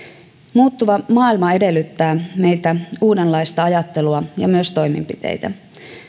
muuttuva maailma edellyttää meiltä uudenlaista ajattelua ja myös toimenpiteitä